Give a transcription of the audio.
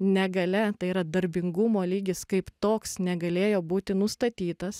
negalia tai yra darbingumo lygis kaip toks negalėjo būti nustatytas